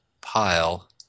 pile